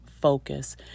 focus